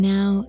Now